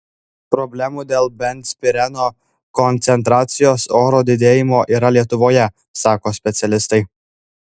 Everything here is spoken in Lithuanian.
problemų dėl benzpireno koncentracijos ore didėjimo yra ir lietuvoje sako specialistai